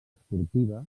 esportiva